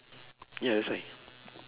ya that's why